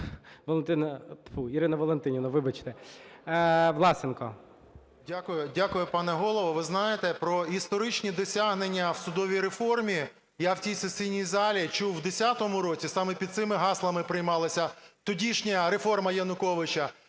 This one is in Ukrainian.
ВЛАСЕНКО С.В. Дякую. Дякую, пане Голово. Ви знаєте, про історичні досягнення в судовій реформі я в цій сесійній залі чув в 2010 році, саме під цими гаслами приймалася тодішня реформа Януковича.